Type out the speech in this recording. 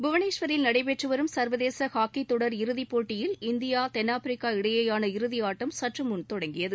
புவனேஸ்வரில் நடைபெற்று வரும் சர்வதேச ஹாக்கி தொடர் இறுதி போட்டியின் இந்தியா தென்னாப்பிரிக்கா இடையேயான இறுதி ஆட்டம் சற்றுமுன் தொடங்கியது